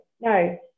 No